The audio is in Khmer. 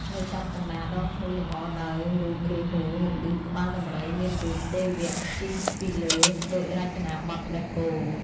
នៅចំកណ្តាលដងធ្នូលម្អដោយរូបរាហ៊ូ ឬ ក្បាលដំរីមានរូបទេវៈជិះពីលើដូចរចនាបថព្រះគោ។